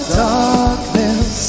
darkness